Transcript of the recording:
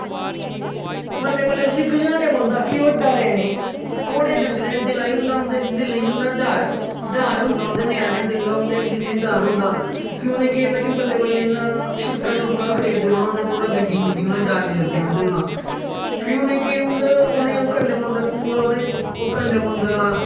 बल्लें बल्लें उसी गझाने पौंदा कि ओह् डरे नी घोडे़ डंगरे दे दिले च होंदा उंदे दिले च होंदा डर डर होंदा उन्दे न्याने होंदे जेहडे़ उंदे दिले च डर होंदा फ्ही उनें केह् करना कि बल्लें बल्लें इना शिड़का शोडका फेरदे रौहना उनेंगी थ़ोह्डा गड्डी कोला डर नेईं लग्गे उंनेगी फ्ही उंहे केह् उनें ईओह् करना पौंदा पुर उंहे ओङ् करना पौंदा